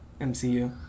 MCU